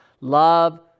love